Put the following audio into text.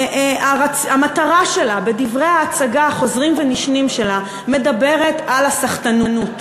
שהמטרה שלה בדברי ההצגה החוזרים ונשנים שלה מדברת על הסחטנות.